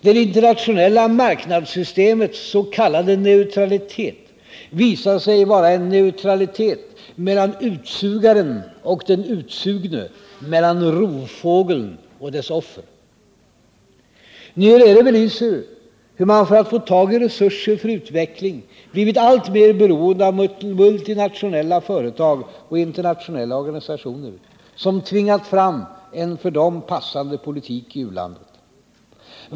Det internationella marknadssystemets s.k. neutralitet visade sig vara en neutralitet mellan utsugaren och den utsugne, mellan rovfågeln och dess offer.” President Nyerere belyser hur man, för att få tag i resurser för utveckling, blivit alltmer beroende av multinationella företag och internationella organisationer, som tvingat fram en för dem passande politik i u-landet.